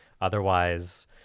Otherwise